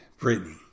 Britney